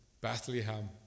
Bethlehem